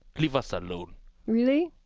leave us alone really?